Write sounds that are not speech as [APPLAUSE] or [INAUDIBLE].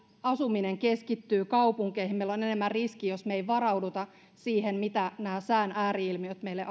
asuminen keskittyy kaupunkeihin meillä on enemmän riski jos emme varaudu siihen mitä nämä sään ääri ilmiöt meille [UNINTELLIGIBLE]